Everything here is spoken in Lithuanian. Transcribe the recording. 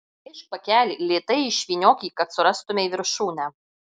atplėšk pakelį lėtai išvyniok jį kad surastumei viršūnę